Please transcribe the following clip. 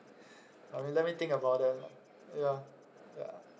I mean let me think about that lah ya ya